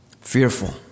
fearful